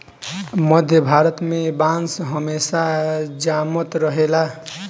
मध्य भारत में बांस हमेशा जामत रहेला